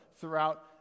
throughout